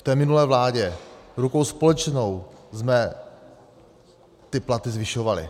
V té minulé vládě rukou společnou jsme ty platy zvyšovali.